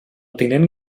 tinent